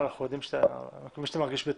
אנחנו מקווים שאתה מרגיש בטוב.